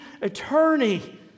attorney